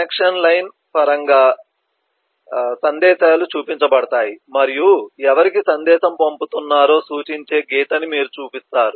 connection line పరంగా సందేశాలు చూపించబడతాయి మరియు ఎవరికి సందేశం పంపుతున్నారో సూచించే గీతని మీరు చూపిస్తారు